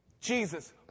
Jesus